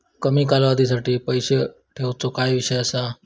कमी कालावधीसाठी पैसे ठेऊचो काय विषय असा?